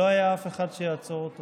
לא היה אף אחד שיעצור אותו